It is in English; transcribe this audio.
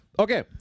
Okay